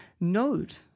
Note